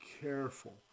careful